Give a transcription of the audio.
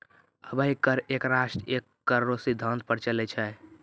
अबै कर एक राष्ट्र एक कर रो सिद्धांत पर चलै छै